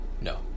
No